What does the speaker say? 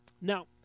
Now